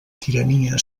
tirania